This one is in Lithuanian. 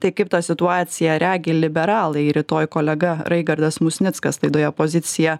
tai kaip tą situaciją regi liberalai rytoj kolega raigardas musnickas laidoje pozicija